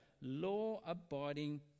law-abiding